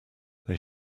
they